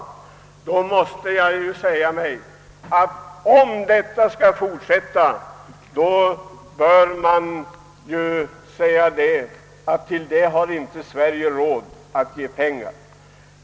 Sådant har Sverige inte råd att lägga ner pengar på.